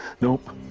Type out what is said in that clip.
Nope